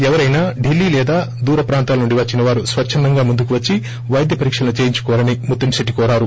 ఎవరైనా ఢిల్లీ లేదా దూర ప్రాంతాల నుండి వచ్చిన వారు స్వచ్చందంగా ముందుకు వచ్చి వైద్య పరీక్షలు చేయించుకోవాలని ముత్తంశిట్లి కోరారు